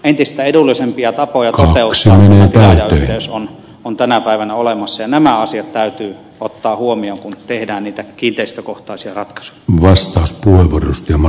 entistä edullisempia tapoja toteuttaa laajakaistayhteys on tänä päivänä olemassa ja nämä asiat täytyy ottaa huomioon kun tehdään niitä kiinteistökohtaisia ratkaisuja